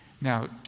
Now